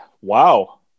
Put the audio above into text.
Wow